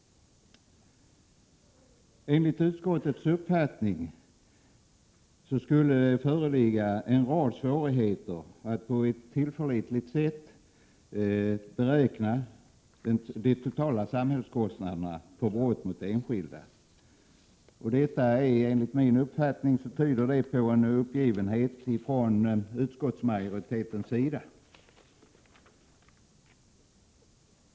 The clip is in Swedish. Enligt utskottets uppfattning skulle det föreligga en rad svårigheter att på ett tillförlitligt sätt beräkna de totala samhällskostnaderna för brott mot enskilda. Enligt min uppfattning tyder det på en uppgivenhet från utskottsmajoritetens sida.